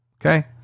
Okay